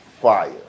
fire